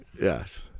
yes